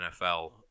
NFL